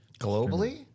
Globally